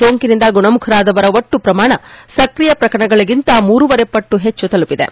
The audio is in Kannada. ಸೋಂಕಿನಿಂದ ಗುಣಮುಖರಾದವರ ಒಟ್ಟು ಪ್ರಮಾಣ ಸ್ಕ್ರಿಯ ಪ್ರಕರಣಗಳಗಿಂತ ಮೂರೂವರೆ ಪಟ್ಟು ತಲುಪಿದೆ